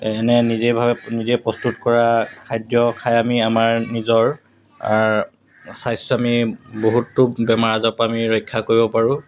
এনে নিজেইভাৱে নিজে প্ৰস্তুত কৰা খাদ্য খাই আমি আমাৰ নিজৰ স্বাস্থ্য আমি বহুতো বেমাৰ আজাৰপৰা আমি ৰক্ষা কৰিব পাৰোঁ